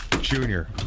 Junior